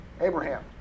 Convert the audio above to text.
Abraham